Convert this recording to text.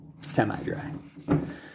Semi-dry